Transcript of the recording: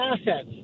assets